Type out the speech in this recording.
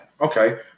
okay